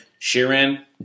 Sheeran